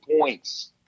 points